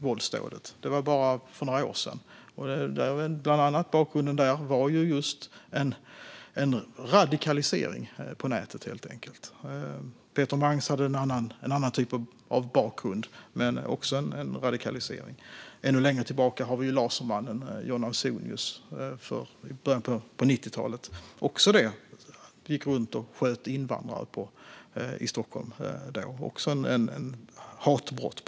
Det skedde för bara några år sedan, och där var bakgrunden bland annat just en radikalisering på nätet. Peter Mangs hade en annan typ av bakgrund, men det var också fråga om en radikalisering. Ännu längre tillbaka i tiden, i början av 90-talet, gick Lasermannen, John Ausonius, runt och sköt invandrare i Stockholm. Det var också hatbrott.